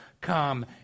come